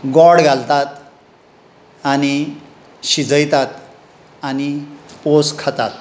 गॉड घालतात आनी शिजयतात आनी पोस खातात